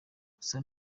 gusa